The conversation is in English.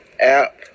app